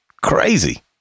crazy